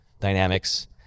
dynamics